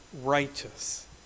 righteous